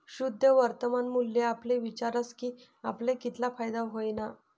शुद्ध वर्तमान मूल्य आपले विचारस की आपले कितला फायदा व्हयना